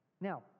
Now